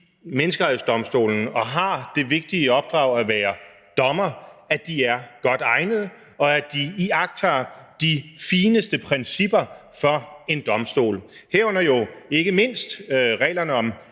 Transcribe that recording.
Menneskerettighedsdomstolen og har det vigtige opdrag at være dommere, er godt egnede, og at de iagttager de fineste principper for en domstol, herunder jo ikke mindst reglerne om